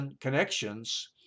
connections